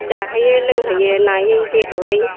जाहोयो लोंहोयो नायै बेदरै